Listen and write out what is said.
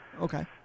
Okay